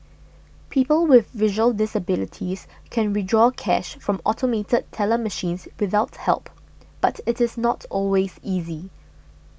people with visual disabilities can withdraw cash from automated teller machines without help but it is not always easy